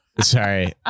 Sorry